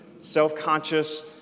self-conscious